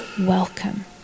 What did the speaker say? welcome